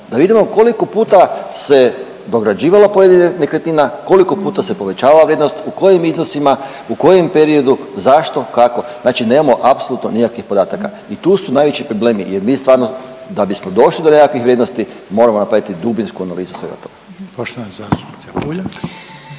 da vidimo koliko puta se dograđivalo pojedina nekretnina, koliko se povećavala vrijednost, u kojim iznosima, u kojem periodu, zašto, kako znači nemamo apsolutno nikakvih podataka. I tu su najveći problemi jer mi stvarno da bismo došli do nekakvih vrijednosti moramo napraviti dubinsku analizu svega toga.